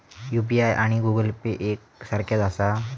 UPI आणि Google Pay एक सारख्याच आसा?